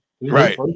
Right